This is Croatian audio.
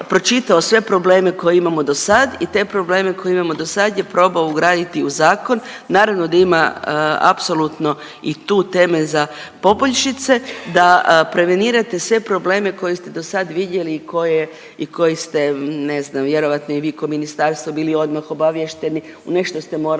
sve probleme koje imamo dosad i te probleme koje imamo dosad je probao ugraditi u zakon, naravno da ima apsolutno i tu teme za poboljšice, da prevenirate sve probleme koje ste dosad vidjeli i koje, i koje ste ne znam vjerojatno i vi ko ministarstvo bili odmah obaviješteni, u nešto ste mogli